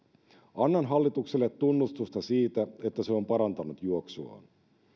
annan hallitukselle tunnustusta siitä että se on parantanut juoksuaan